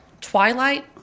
Twilight